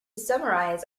summarize